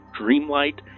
dreamlight